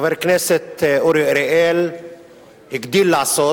חבר הכנסת אורי אריאל הגדיל לעשות